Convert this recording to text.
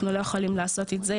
אנחנו לא יכולים לעשות את זה,